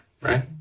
right